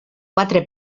quatre